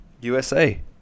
USA